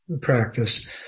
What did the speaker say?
practice